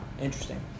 interesting